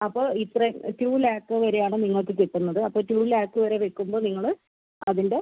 അപ്പോൾ ഇത്ര ടു ലാക്ക് വരെയാണ് നിങ്ങൾക്ക് കിട്ടുന്നത് അപ്പോൾ ടു ലാക്ക് വരെ വെക്കുമ്പോൾ നിങ്ങള് അതിൻ്റെ